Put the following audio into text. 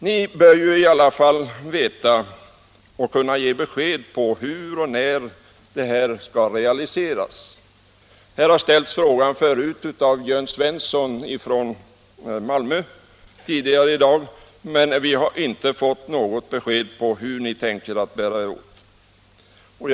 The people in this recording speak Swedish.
Ni bör väl veta och kunna ge besked om hur och när detta skall realiseras. Frågan har ställts tidigare i dag av Jörn Svensson i Malmö, men vi har inte fått något besked om hur ni tänker bära er åt.